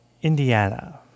Indiana